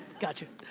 got you.